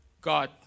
God